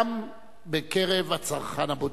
וגם בקרב הצרכן הבודד.